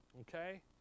Okay